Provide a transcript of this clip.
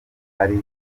ari